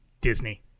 Disney